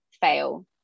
fail